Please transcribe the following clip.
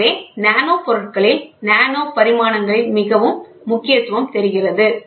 எனவே நானோ பொருட்களில் நானோ பரிமாணங்களின் மிகவும் முக்கியத்துவம் தெரிகிறது